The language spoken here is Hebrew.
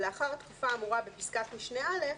'לאחר התקופה האמורה בפסקת משנה (א)',